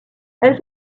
elle